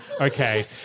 okay